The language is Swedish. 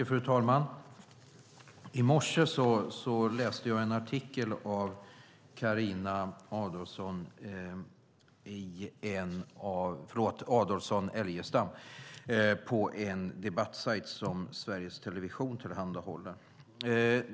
Fru talman! I morse läste jag en artikel av Carina Adolfsson Elgestam på den debattsajt som Sveriges Television tillhandahåller.